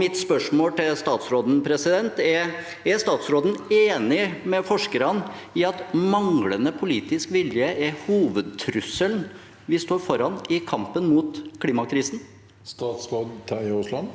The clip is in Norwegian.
Mitt spørsmål til statsråden er: Er statsråden enig med forskerne i at manglende politiske vilje er hovedtrusselen vi står foran i kampen mot klimakrisen? Statsråd Terje